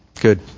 Good